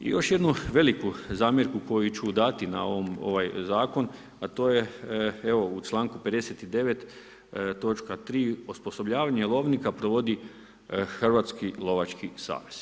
I još jednu veliku zamjerku koju ću dati na ovaj zakon a to je u članku 59. točka 3. osposobljavanje lovnika provodi Hrvatski lovački savez.